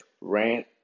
rant